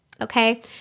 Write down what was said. okay